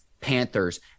Panthers